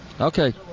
Okay